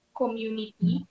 community